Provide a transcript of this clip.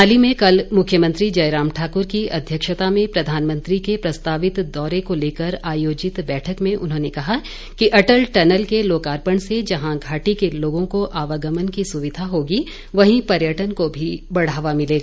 मनाली में कल मुख्यमंत्री जयराम ठाक्र की अध्यक्षता में प्रधानमंत्री के प्रस्तावित दौरे को लेकर आयोजित बैठक में उन्होंने कहा कि अटल टनल के लोकार्पण से जहां घाटी के लोगों को आवागमन की सुविधा होगी वहीं पर्यटन को भी बढ़ावा मिलेगा